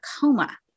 coma